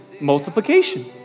multiplication